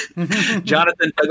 Jonathan